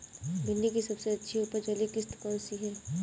भिंडी की सबसे अच्छी उपज वाली किश्त कौन सी है?